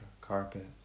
carpet